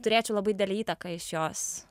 turėčiau labai didelę įtaką iš jos